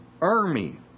army